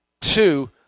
two